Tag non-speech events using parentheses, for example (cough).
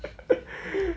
(laughs)